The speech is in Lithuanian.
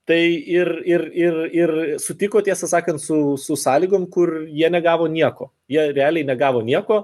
tai ir ir ir ir sutiko tiesą sakant su su sąlygom kur jie negavo nieko jei realiai negavo nieko